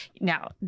now